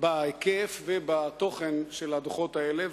בהיקף ובתוכן של הדוחות האלה.